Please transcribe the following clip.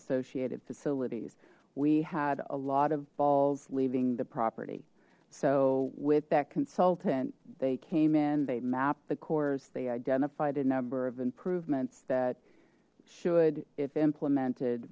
associated facilities we had a lot of balls leaving the property so with that consultant they came in they mapped the course they identified a number of improvements that should if implemented